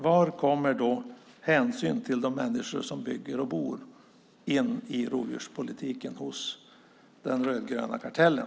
Var kommer då hänsyn till de människor som bygger och bor in i rovdjurspolitiken i den rödgröna kartellen?